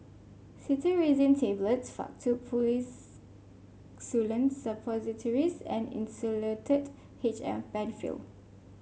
Cetirizine Tablets Faktu Policresulen Suppositories and Insulatard H M Penfill